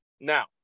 Now